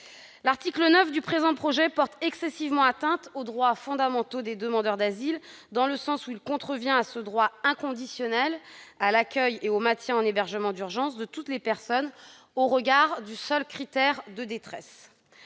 L'article 9 du présent projet de loi porte excessivement atteinte aux droits fondamentaux des demandeurs d'asile, dans la mesure où il contrevient à ce droit inconditionnel à l'accueil et au maintien en hébergement d'urgence de toutes les personnes au regard du seul critère de détresse.